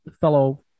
fellow